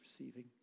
receiving